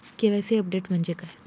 KYC update म्हणजे काय?